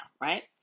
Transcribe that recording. right